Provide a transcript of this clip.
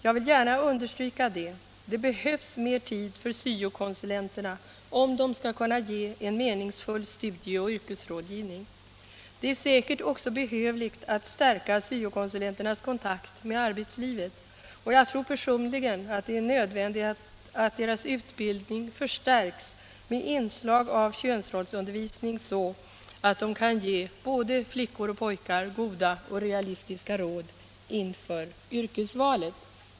Jag vill gärna understryka att det behövs mer tid för syo-konsulenterna om de skall kunna ge en meningsfull studie och yrkesrådgivning. Det är säkert också behövligt att stärka syo-konsulenternas kontakt med arbetslivet, och jag tror personligen att det är nödvändigt att deras utbildning förstärks med inslag av könsrollsundervisning så att de kan ge både flickor och pojkar goda och realistiska råd inför yrkesvalet.